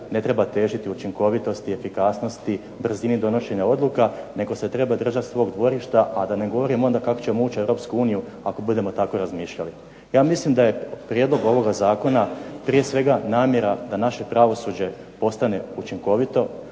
ne treba težiti učinkovitosti, efikasnosti, brzini donošenja odluka nego se treba držat svog dvorišta, a da ne govorim onda kako ćemo ući u Europsku uniju ako budemo tako razmišljali. Ja mislim da je prijedlog ovoga zakona prije svega namjera da naše pravosuđe postane učinkovito,